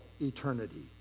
eternity